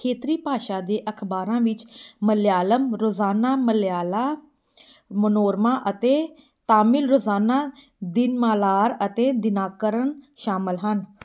ਖੇਤਰੀ ਭਾਸ਼ਾ ਦੇ ਅਖ਼ਬਾਰਾਂ ਵਿੱਚ ਮਲਿਆਲਮ ਰੋਜ਼ਾਨਾ ਮਲਿਆਲਾ ਮਨੋਰਮਾ ਅਤੇ ਤਾਮਿਲ ਰੋਜ਼ਾਨਾ ਦਿਨਮਾਲਾਰ ਅਤੇ ਦਿਨਾਕਰਨ ਸ਼ਾਮਿਲ ਹਨ